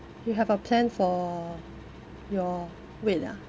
you have a plan for your weight ah